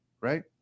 right